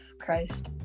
Christ